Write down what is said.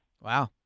Wow